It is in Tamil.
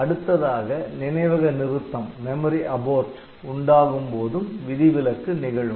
அடுத்ததாக நினைவக நிறுத்தம் உண்டாகும் போதும் விதிவிலக்கு நிகழும்